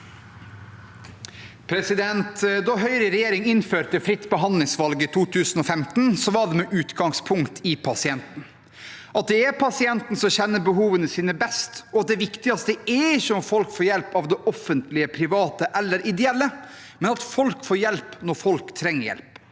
Da Høyre i regje- ring innførte fritt behandlingsvalg i 2015, var det med utgangspunkt i pasienten. Det er pasienten som kjenner sine behov best. Det viktigste er ikke om folk får hjelp av offentlige, private eller ideelle, men at folk får hjelp når de trenger hjelp,